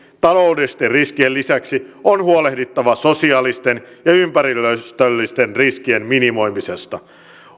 taloudellisten riskien lisäksi on huolehdittava sosiaalisten ja ympäristöllisten riskien minimoimisesta